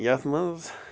یَتھ منٛز